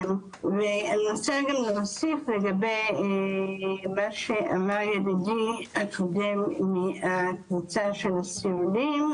אני רוצה גם להוסיף לגבי מה שאמר ידידי הקודם מהקבוצה של הסיעודיים,